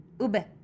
ube